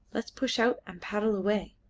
let us push out and paddle away.